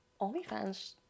OnlyFans